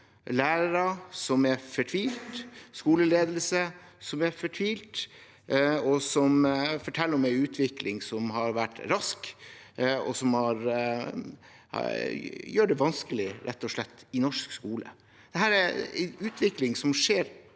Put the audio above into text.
lærere som er fortvilte, skoleledelse som er fortvilet, og som forteller om en utvikling som har gått raskt, og som rett og slett gjør det vanskelig i norsk skole. Dette er en utvikling som skjer